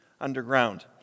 underground